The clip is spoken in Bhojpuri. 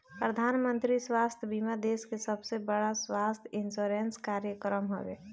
प्रधानमंत्री स्वास्थ्य बीमा देश के सबसे बड़का स्वास्थ्य इंश्योरेंस कार्यक्रम हवे